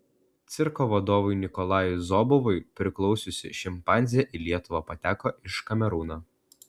cirko vadovui nikolajui zobovui priklausiusi šimpanzė į lietuvą pateko iš kamerūno